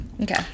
Okay